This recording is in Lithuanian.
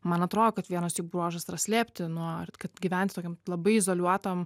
man atrodo kad vienas jų bruožas yra slėpti nuo ar kad gyventi tokiam labai izoliuotam